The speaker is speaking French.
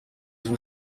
ont